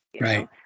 Right